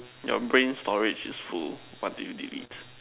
your brain storage is full what do you delete